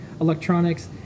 electronics